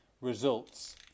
results